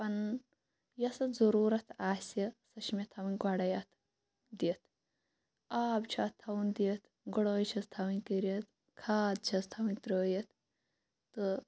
پَنُن یۄس اَتھ ضروٗرَت آسہِ سۄ چھےٚ مےٚ تھاوٕنۍ گۄڈے اَتھ دِتھ آب چھُ اَتھ تھاوُن دِتھ گُڑاے چھس تھاوٕنۍ کٔرِتھ کھاد چھس تھاوٕنۍ ترٲیِتھ تہٕ